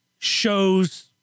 shows